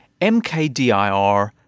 MKDIR